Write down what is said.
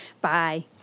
Bye